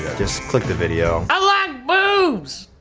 just click the video. i like boobs!